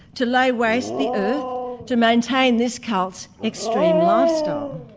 to lay waste the earth to maintain this cult's extreme lifestyle.